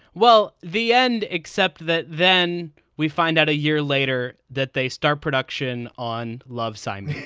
well, the end. except that. then we find out a year later that they start production on love sign me.